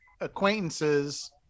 acquaintances